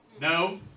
No